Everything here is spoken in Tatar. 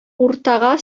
уртага